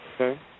Okay